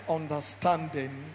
understanding